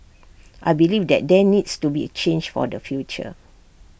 I believe that there needs to be change for the future